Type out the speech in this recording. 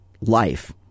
life